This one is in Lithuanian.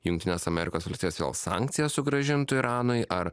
jungtinės amerikos valstijos vėl sankcijas sugrąžintų iranui ar